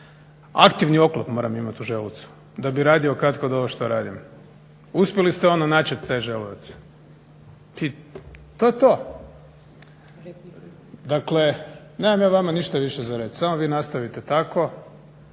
aktivni oklop moram imat u želucu da bi radio katkad ovo što radim. Uspjeli ste načet taj želudac, to je to. Dakle nemam ja vama ništa više za reći, samo vi nastavite tako,